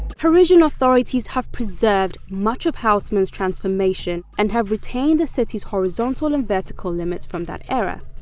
parisian authorities have preserved much of haussmann's transformation and have retained the city's horizontal and vertical limits from that era.